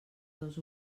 dos